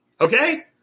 Okay